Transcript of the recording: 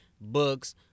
books